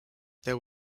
there